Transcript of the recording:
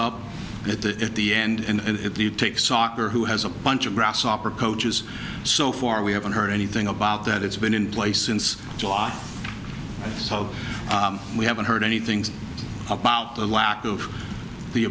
up at the at the end if you take soccer who has a bunch of grasshopper coaches so far we haven't heard anything about that it's been in place since july so we haven't heard anything about the lack of the